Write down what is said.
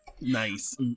nice